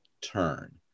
turn